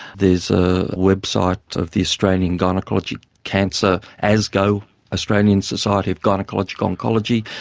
there's a website of the australian gynaecologic cancer, asgo, australian society of gynaecologic oncology,